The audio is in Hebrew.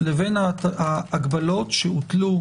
לבין ההגבלות שהוטלו